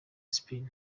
spin